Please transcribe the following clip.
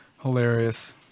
Hilarious